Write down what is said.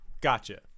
Gotcha